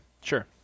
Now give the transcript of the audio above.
sure